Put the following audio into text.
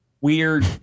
weird